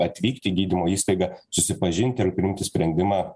atvykt į gydymo įstaigą susipažint ir priimti sprendimą